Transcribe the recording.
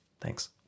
Thanks